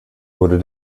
wurde